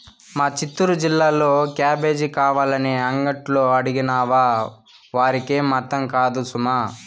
మా చిత్తూరు జిల్లాలో క్యాబేజీ కావాలని అంగట్లో అడిగినావా వారికేం అర్థం కాదు సుమా